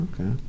Okay